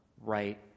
right